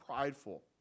prideful